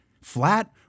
flat